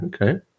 Okay